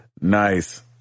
Nice